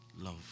Love